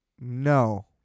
No